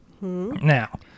Now